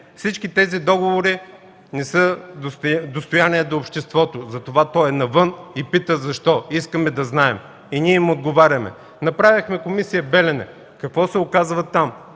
Всички тези договори не са достояние до обществото. Затова той е навън и пита защо? Искаме да знаем. И ние им отговаряме. Направихме Комисия „Белене”. Какво се оказва там?